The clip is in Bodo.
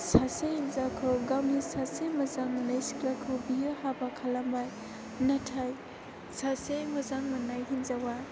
सासे हिनजावखौ गावनि सासे मोजां मोननाय सिख्लाखौ बियो हाबा खालामबाय नाथाय सासे मोजां मोननाय हिनजावआ